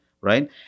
right